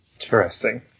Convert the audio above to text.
Interesting